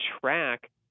track